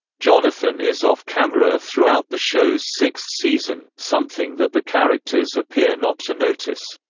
jonathan is off-camera throughout the show's sixth season, something that the characters appear not to notice.